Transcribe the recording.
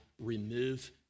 remove